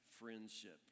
Friendship